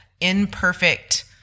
imperfect